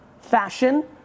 fashion